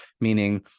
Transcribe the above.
meaning